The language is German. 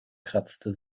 kratzte